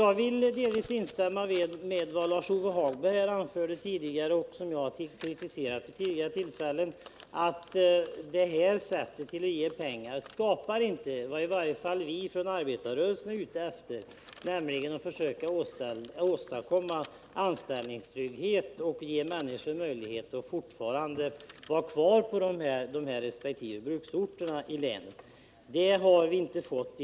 Jag vill delvis instämma i vad Lars-Ove Hagberg sade i sitt anförande — jag har tidigare själv framfört samma kritik —, nämligen att det här sättet att ge pengar inte skapar det som i varje fall vi inom arbetarrörelsen är ute efter, dvs. anställningstrygghet och möjlighet för människorna att bo kvar på dessa bruksorter i länet.